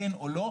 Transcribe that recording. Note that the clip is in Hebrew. כן או לא.